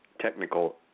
technical